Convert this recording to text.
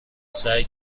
سعی